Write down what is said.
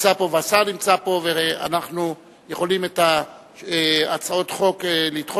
שמספרה 4211. רבותי, אני מזמין את חבר הכנסת בוים.